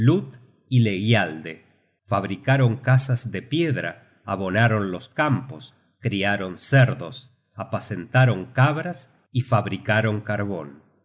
y leggialde fabricaron casas de piedra abonaron los campos criaron cerdos apacentaron cabras y fabricaron carbon